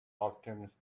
alchemist